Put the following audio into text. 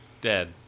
dead